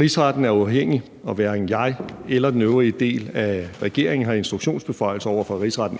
Rigsretten er uafhængig, og hverken jeg eller den øvrige del af regeringen har eller bør have instruktionsbeføjelser over for Rigsretten.